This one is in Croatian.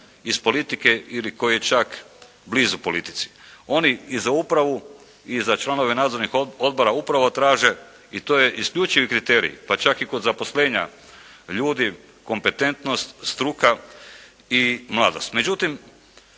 iz politike ili koji je čak blizu politici. Oni i za upravu i za članove nadzornih odbora upravo traže i to je isključivi kriterij pa čak i kod zaposlenja ljudi kompetentnost, struka i mladost.